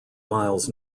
miles